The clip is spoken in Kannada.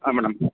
ಹಾಂ ಮೇಡಮ್